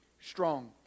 strong